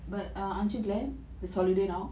but um aren't you glad its holiday now